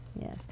Yes